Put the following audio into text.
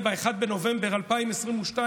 אני לא ראיתי שב-1 בנובמבר 2022 אזרחי